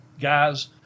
guys